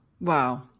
Wow